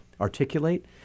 articulate